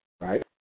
right